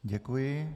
Děkuji.